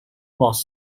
was